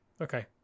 okay